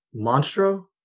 Monstro